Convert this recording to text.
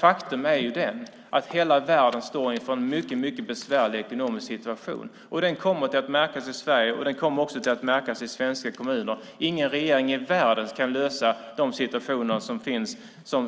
Faktum är att hela världen står inför en mycket besvärlig ekonomisk situation, och den kommer att märkas i Sverige och kommer att märkas i svenska kommuner. Ingen regering i världen kan lösa de situationer